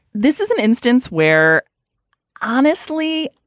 this is an instance where honestly,